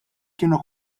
kienu